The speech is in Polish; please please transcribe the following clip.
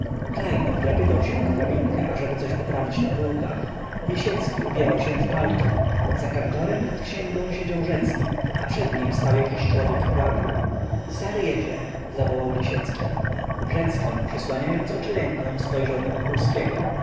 wdrapywał się na drabinkę ażeby coś poprawić na półkach lisiecki ubierał się w palto za kantorem nad księgą siedział rzecki a przed nim stał jakiś człowiek i płakał stary jedzie zawołał lisiecki rzecki przysłaniając oczy ręką spojrzał na